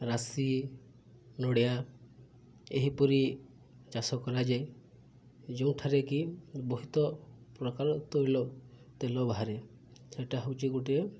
ରାଶି ନଡ଼ିଆ ଏହିପରି ଚାଷ କରାଯାଏ ଯେଉଁଠାରେ କିି ବହୁତ ପ୍ରକାର ତୈଳ ତେଲ ବାହାରେ ସେଇଟା ହେଉଛି ଗୋଟିଏ